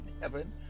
heaven